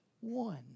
one